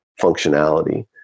functionality